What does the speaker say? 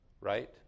right